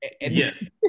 yes